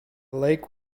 lake